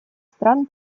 стран